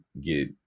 get